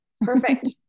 perfect